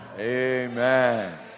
Amen